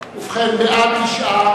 ובכן, בעד, 9,